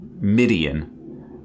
Midian